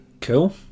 Cool